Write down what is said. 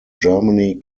germany